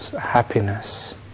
happiness